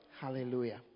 Hallelujah